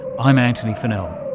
i'm antony funnell.